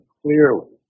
clearly